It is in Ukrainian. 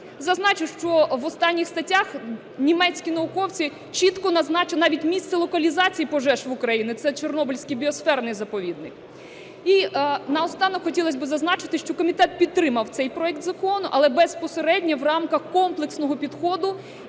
Зазначу, що в останніх статтях німецькі науковці чітко назначили навіть місце локалізації пожеж в Україні – це Чорнобильський біосферний заповідник. І наостанок хотілось би зазначити, що комітет підтримав цей проект закону, але безпосередньо в рамках комплексного підходу